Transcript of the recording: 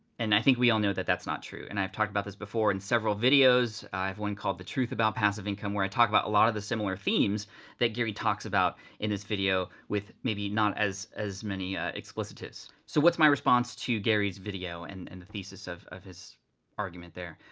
and i think we all know that that's not true. and i have talked about this before in several videos, i have one called the truth about passive income where i talk about a lot of the similar themes that gary talks about in this video with maybe not as as many ah explicitives. so what's my response to gary's video and and the thesis of of his argument there?